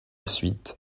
suite